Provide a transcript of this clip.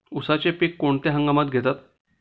उसाचे पीक कोणत्या हंगामात घेतात?